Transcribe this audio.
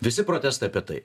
visi protestai apie tai